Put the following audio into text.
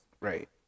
Right